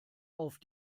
auf